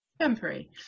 temporary